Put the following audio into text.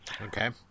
Okay